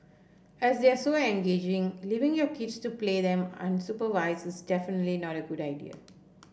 as they are so engaging leaving your kids to play them unsupervised is definitely not a good idea